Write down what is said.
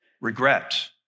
Regret